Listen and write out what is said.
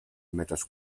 metres